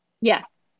Yes